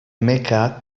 meca